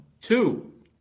Two